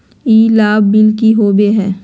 ई लाभ बिल की होबो हैं?